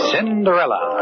Cinderella